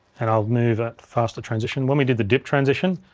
and i'll move that faster transition. when we did the drip transition,